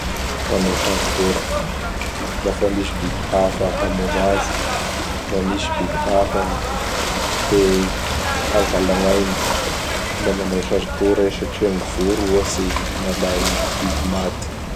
Manao sary tora. Lafa misy biby hafa hamono azy na misy biby hafa te hangala gn' ainy; da manao sary tora i satria gny voro, ohatsy, malay biby maty.